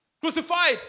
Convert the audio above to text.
crucified